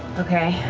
okay,